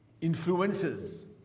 influences